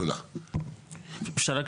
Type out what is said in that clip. אפשר רק